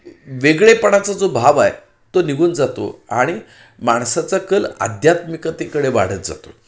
वेगळेपणाचा जो भाव आहे तो निघून जातो आणि माणसाचा कल आध्यात्मिकतेकडे वाढत जातो